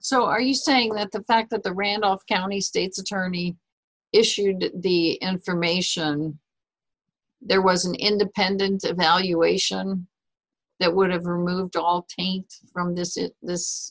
so are you saying that the fact that the randolph county state's attorney issued the information there was an independent evaluation that would have removed all taint from this this